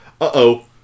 Uh-oh